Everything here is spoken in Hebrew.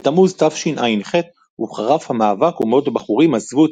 בתמוז תשע"ח הוחרף המאבק ומאות בחורים עזבו את